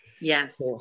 Yes